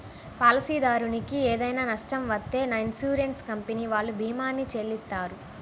పాలసీదారునికి ఏదైనా నష్టం వత్తే ఇన్సూరెన్స్ కంపెనీ వాళ్ళు భీమాని చెల్లిత్తారు